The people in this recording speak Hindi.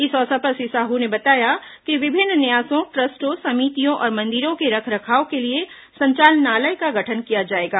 इस अवसर पर श्री साहू ने बताया कि विभिन्न न्यासों ट्रस्टों समितियों और मंदिरों के रखरखाव के लिए संचालनालय का गठन किया जाएगा